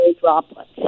droplets